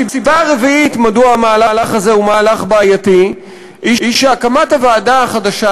הסיבה הרביעית מדוע המהלך הזה הוא מהלך בעייתי היא שהקמת הוועדה החדשה,